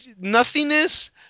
nothingness